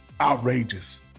outrageous